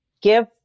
give